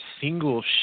single